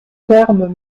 thermes